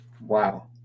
wow